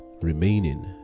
remaining